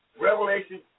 Revelation